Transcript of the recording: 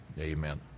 Amen